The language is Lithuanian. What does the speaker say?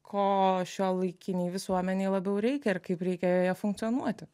ko šiuolaikinei visuomenei labiau reikia ir kaip reikia joje funkcionuoti